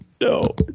no